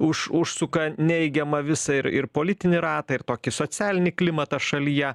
už užsuka neigiamą visą ir ir politinį ratą ir tokį socialinį klimatą šalyje